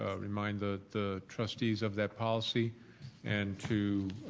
ah remind the the trustees of that policy and to